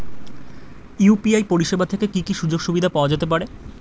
UPI পরিষেবা থেকে কি কি সুযোগ সুবিধা পাওয়া যেতে পারে?